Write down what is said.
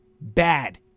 Bad